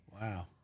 Wow